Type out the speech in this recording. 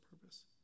purpose